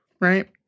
right